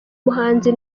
muhanzi